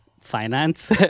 finance